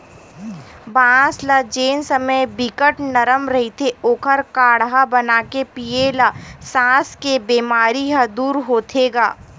बांस ल जेन समे बिकट नरम रहिथे ओखर काड़हा बनाके पीए ल सास के बेमारी ह दूर होथे गा